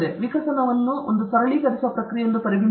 ವಿಕಸನವನ್ನು ಒಂದು ಸರಳೀಕರಿಸುವ ಪ್ರಕ್ರಿಯೆ ಎಂದು ಪರಿಗಣಿಸಬಹುದು